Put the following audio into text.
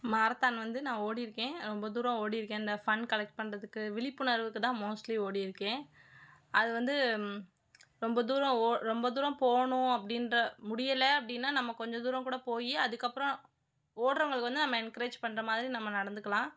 marathon வந்து நான் ஓடியிருக்கேன் ரொம்ப தூரம் ஓடியிருக்கேன் இந்த ஃபண்ட் கலெக்ட் பண்ணுறதுக்கு விழிப்புணர்வுக்கு தான் மோஸ்ட்லீ ஓடியிருக்கேன் அது வந்து ரொம்ப தூரம் ஓ ரொம்ப தூரம் போகணும் அப்படின்ற முடியலை அப்படின்னா நம்ம கொஞ்சம் தூரம் கூட போய் அதுக்கப்புறம் ஓடுறவங்களுக்கு வந்து நம்ம என்க்ரேஜ் பண்ணுறமாதிரி நம்ம நடந்துக்குலாம்